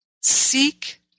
seek